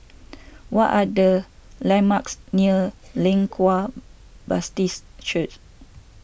what are the landmarks near Leng Kwang Baptist Church